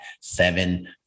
seven